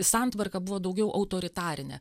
santvarka buvo daugiau autoritarinė